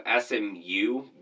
SMU